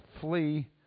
flee